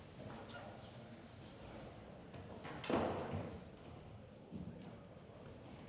Tak